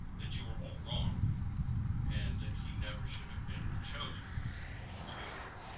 that you were all wrong and that he never should have been chosen to